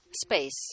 space